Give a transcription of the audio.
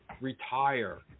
retire